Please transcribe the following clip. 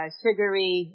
sugary